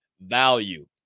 value